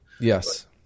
yes